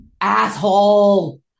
Asshole